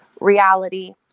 reality